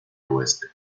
oeste